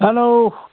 hello